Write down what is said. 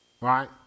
right